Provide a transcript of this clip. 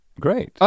Great